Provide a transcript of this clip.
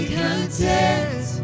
content